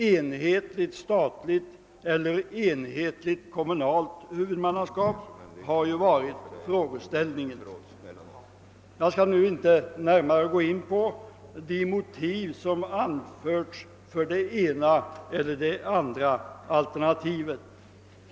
Enhetligt statligt eller enhetligt kommunalt hu vudmannaskap har ju varit frågeställningen. Jag skall inte närmare gå in på de motiv som anförts för det ena eller det andra alternativet.